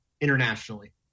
internationally